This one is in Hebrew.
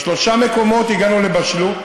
בשלושה מקומות הגענו לבשלות,